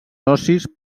socis